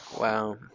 wow